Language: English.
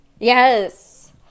Yes